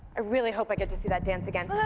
i really hope i get to see that dance again.